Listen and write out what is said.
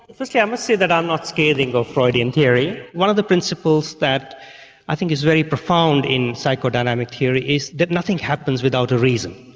firstly i must say that i'm not scathing of freudian theory. one of the principles that i think is very profound in psychodynamic theory is that nothing happens without a reason.